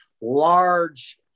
large